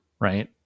Right